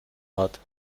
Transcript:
hat